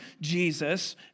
Jesus